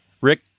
Rick